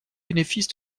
bénéfice